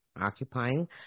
occupying